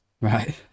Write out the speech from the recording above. Right